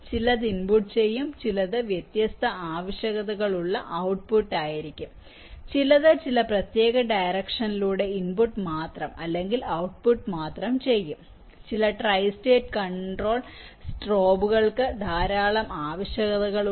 ചിലത് ഇൻപുട്ട് ചെയ്യും ചിലത് വ്യത്യസ്ത ആവശ്യകതകളുള്ള ഔട്ട്പുട്ട് ആയിരിക്കും ചിലത് ചില പ്രത്യേക ഡിറക്ഷനിലൂടെ ഇൻപുട്ട് മാത്രം അല്ലെങ്കിൽ ഔട്ട്പുട്ട് മാത്രം ചെയ്യും ചില ട്രൈ സ്റ്റേറ്റ് കണ്ട്രോൾ സ്ട്രോബുകൾക്ക് ധാരാളം ആവശ്യകതകളുണ്ട്